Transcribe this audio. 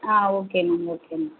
ah okay ma'am okay ma'am